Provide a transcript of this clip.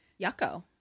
Yucko